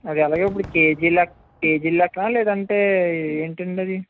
అవి ఎలాగ ఇప్పుడు కేజీలు లెక్క కేజీల లెక్కన లేదంటే ఏంటండి అది